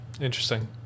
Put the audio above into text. Interesting